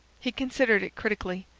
he considered it critically.